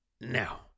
Now